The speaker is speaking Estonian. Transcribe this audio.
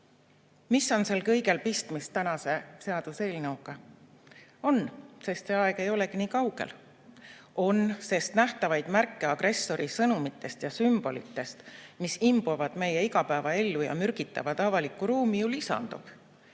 Mis on sel kõigel pistmist tänase seaduseelnõuga? On, sest see aeg ei olegi nii kaugel. On, sest nähtavaid märke agressori sõnumitest ja sümbolitest, mis imbuvad meie igapäevaellu ja mürgitavad avalikku ruumi, ju lisandub.